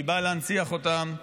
היא באה להנציח אותם.